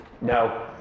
No